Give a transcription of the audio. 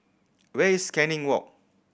where is Canning Walk